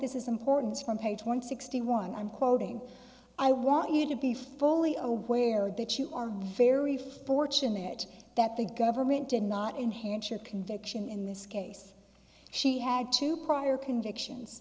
this is important from page one sixty one i'm quoting i want you to be fully aware that you are very fortunate that the government did not inherit your conviction in this case she had two prior convictions